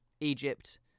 Egypt